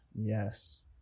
Yes